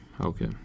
Okay